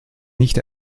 nicht